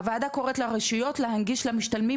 3. הוועדה קוראת לרשויות להנגיש למשתלמים